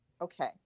okay